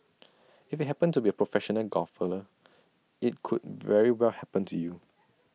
if IT happened to A professional golfer IT could very well happen to you